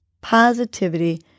positivity